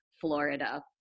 Florida